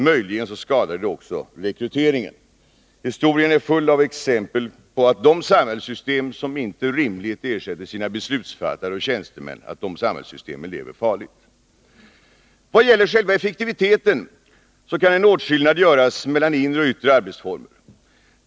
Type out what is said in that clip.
Möjligen skadar det också rekryteringen. Historien är full av exempel på att de samhällssystem som inte rimligt ersätter sina beslutsfattare och tjänstemän lever farligt. Vad gäller själva effektiviteten kan en åtskillnad göras mellan inre och yttre arbetsformer.